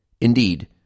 Indeed